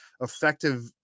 effective